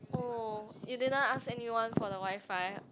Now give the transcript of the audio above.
oh you did not ask anyone for the WiFi